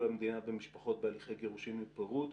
המדינה במשפחת בהליכי גירושין ופירוד.